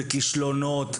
בכישלונות,